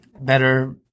better